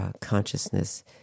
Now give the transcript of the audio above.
consciousness